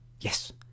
Yes